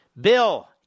Bill